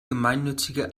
gemeinnützige